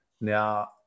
Now